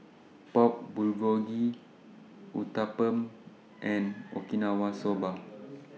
Pork Bulgogi Uthapam and Okinawa Soba